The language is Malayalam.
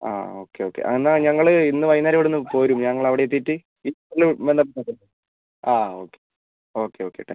ആ ഓക്കെ ഓക്കെ ആ എന്നാൽ ഞങ്ങൾ ഇന്ന് വൈകുന്നേരം ഇവിടെ നിന്ന് പോരും ഞങ്ങൾ അവിടെയെത്തിയിട്ട് ഈവെനിംഗ് വന്നാൽ മതിയോ ആ okay okay okay thank U